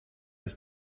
ist